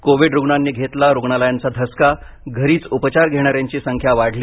Covid रुग्णांनी घेतला रुग्णालयांचा धसका घरीच उपचार घेणार्यां ची संख्या वाढली